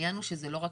העניין הוא שזה לא רק